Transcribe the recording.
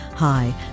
Hi